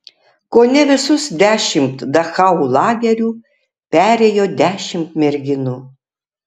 kone visus dešimt dachau lagerių perėjo dešimt merginų